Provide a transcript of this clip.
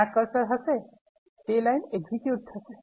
જ્યા કર્સર હશે તે લાઇન execute થશે